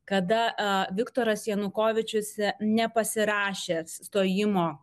kada viktoras janukovyčius nepasirašė stojimo